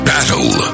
Battle